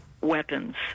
weapons